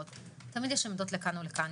תמיד יש עמדות לכאן ולכאן.